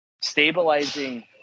Stabilizing